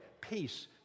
peace